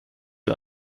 wir